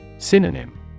Synonym